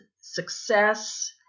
success